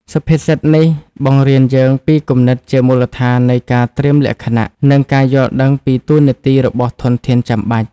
សុភាសិតនេះបង្រៀនយើងពីគំនិតជាមូលដ្ឋាននៃការត្រៀមលក្ខណៈ និងការយល់ដឹងពីតួនាទីរបស់ធនធានចាំបាច់។